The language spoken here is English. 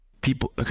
people